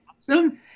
awesome